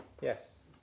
Yes